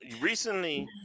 recently